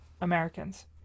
americans